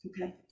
okay